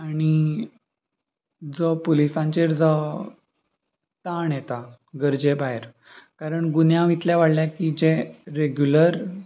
आनी जो पुलिसांचेर जो ताण येता गरजे भायर कारण गुन्यांव इतलें वाडल्या की जे रेगुलर